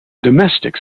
domestic